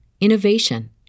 innovation